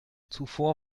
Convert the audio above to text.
zuvor